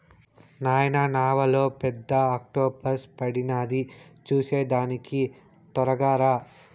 నాయనా నావలో పెద్ద ఆక్టోపస్ పడినాది చూసేదానికి తొరగా రా